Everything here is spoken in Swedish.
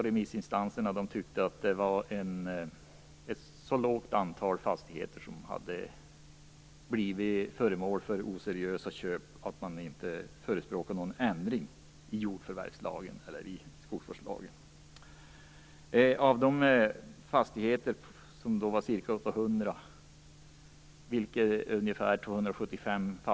Remissinstanserna tyckte att det var ett så lågt antal fastigheter som hade blivit föremål för oseriösa köp att man inte förespråkade någon ändring i jordförvärvslagen eller i skogsvårdslagen.